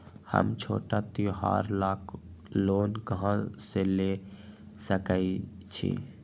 हम छोटा त्योहार ला लोन कहां से ले सकई छी?